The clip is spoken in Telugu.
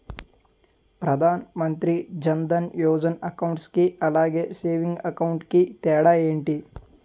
ప్రధాన్ మంత్రి జన్ దన్ యోజన అకౌంట్ కి అలాగే సేవింగ్స్ అకౌంట్ కి తేడా ఏంటి?